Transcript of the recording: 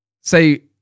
Say